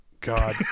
god